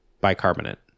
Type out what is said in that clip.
bicarbonate